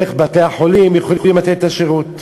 איך בתי-החולים יכולים לתת את השירות?